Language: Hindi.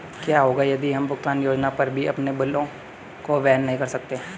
क्या होगा यदि हम भुगतान योजना पर भी अपने बिलों को वहन नहीं कर सकते हैं?